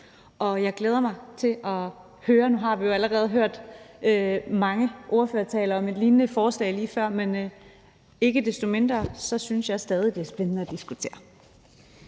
og jeg glæder mig til at høre debatten. Nu har vi jo allerede hørt mange ordførertaler om et lignende forslag lige før, men ikke desto mindre synes jeg stadig, det er spændende at diskutere.